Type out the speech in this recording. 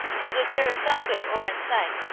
so that there is some good ore in sight,